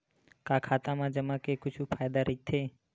का खाता मा जमा के कुछु फ़ायदा राइथे?